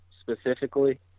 specifically